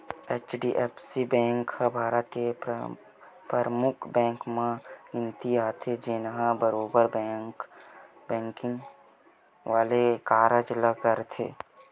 HDFC bank ह भारत के परमुख बेंक मन म गिनती आथे, जेनहा बरोबर बेंकिग वाले कारज ल करथे